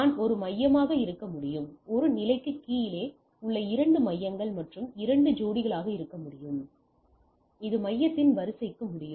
நான் ஒரு மையமாக இருக்க முடியும் ஒரு நிலைக்கு கீழே உள்ள இரண்டு மையங்கள் மற்றும் இரண்டு ஜோடிகளாக இருக்க முடியும் இது மையத்தின் வரிசைக்கு முடியும்